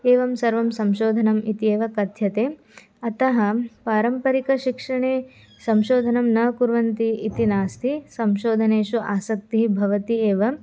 एवं सर्वं संशोधनम् इत्येव कथ्यते अतः पारम्परिकशिक्षणे संशोधनं न कुर्वन्ति इति नास्ति संशोधने आसक्तिः भवति एव